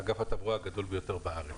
אגף התברואה הגדול ביותר בארץ,